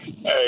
Hey